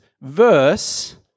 verse